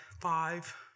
five